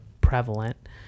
prevalent